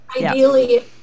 ideally